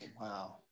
wow